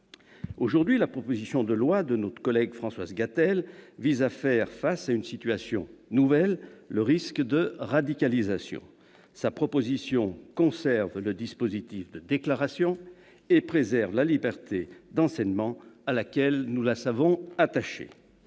Aujourd'hui, la proposition de loi de notre collègue Françoise Gatel vise à faire face à une situation nouvelle : le risque de radicalisation. Ce texte conserve le dispositif de déclaration et préserve la liberté d'enseignement, à laquelle nous la savons attachée.